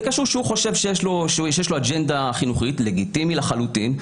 זה קשור לאג'נדה החינוכית שלו וזה לגיטימי לחלוטין.